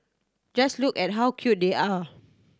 just look at how cute they are